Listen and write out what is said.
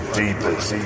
deepest